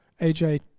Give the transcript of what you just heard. AJ